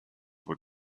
were